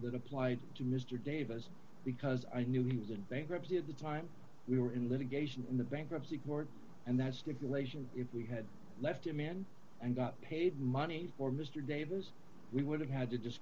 that applied to mr davis because i knew he was in bankruptcy at the time we were in litigation in the bankruptcy court and that stipulation if we had left him in and got paid money for mr davis we would have had to just